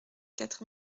quatre